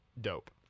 dope